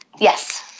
Yes